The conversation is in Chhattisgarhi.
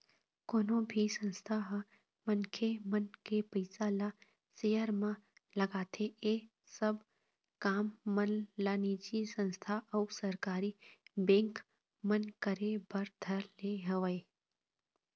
कोनो भी संस्था ह मनखे मन के पइसा ल सेयर म लगाथे ऐ सब काम मन ला निजी संस्था अऊ सरकारी बेंक मन करे बर धर ले हवय